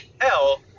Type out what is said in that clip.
hell